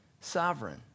sovereign